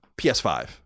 PS5